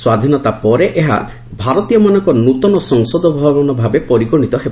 ସ୍ୱାଧୀନତା ପରେ ଏହା ଭାରତୀୟମାନଙ୍କ ନୂତନ ସଂସଦ ଭବନ ଭାବେ ପରିଗଣିତ ହେବ